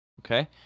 Okay